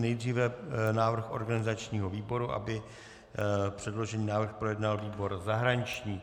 Nejdříve návrh organizačního výboru, aby předložený návrh projednal výbor zahraniční.